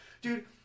dude